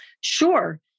Sure